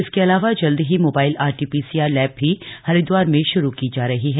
इसके अलावा जल्द ही मोबाइल आरटी पीसीआर लैब भी हरिद्वार में शुरू की जा रही है